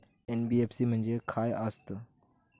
NBFC म्हणजे खाय आसत?